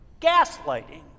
Gaslighting